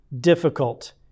difficult